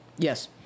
Yes